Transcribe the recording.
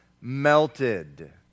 melted